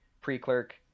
pre-clerk